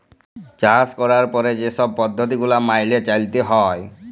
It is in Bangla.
চাষ ক্যরার পরে যে ছব পদ্ধতি গুলা ম্যাইলে চ্যইলতে হ্যয়